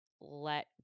let